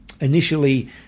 Initially